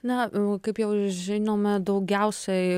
na kaip jau žinoma daugiausiai